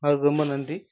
அவருக்கு ரொம்ப நன்றி